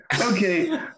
Okay